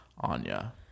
Anya